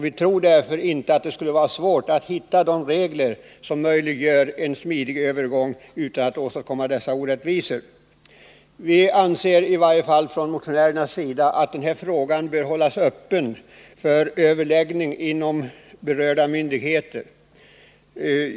Vi tror därför inte att det skulle vara svårt att finna regler som möjliggör en smidig övergång utan att åstadkomma orättvisor. Vi anser i varje fall från motionärernas sida att den här frågan bör hållas öppen för överläggning inom berörda myndigheter.